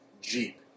jeep